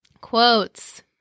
Quotes